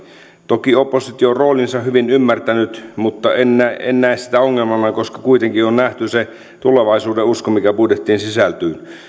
toki oppositio on roolinsa hyvin ymmärtänyt mutta en näe en näe sitä ongelmana koska kuitenkin on nähty se tulevaisuudenusko mikä budjettiin sisältyy